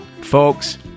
Folks